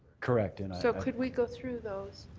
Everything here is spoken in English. correct. and so could we go through those.